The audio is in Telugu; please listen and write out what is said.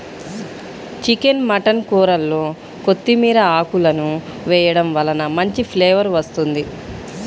చికెన్ మటన్ కూరల్లో కొత్తిమీర ఆకులను వేయడం వలన మంచి ఫ్లేవర్ వస్తుంది